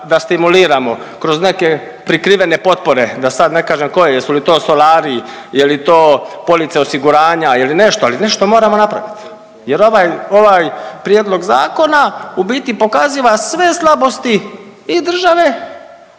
da stimuliramo kroz neke prikrivene potpore da sad ne kažem koje, jesu li to solari, je li to police osiguranja, je li nešto, ali nešto moramo napraviti. Jer ovaj, ovaj Prijedlog zakona u biti pokaziva sve slabosti i države